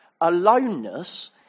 Aloneness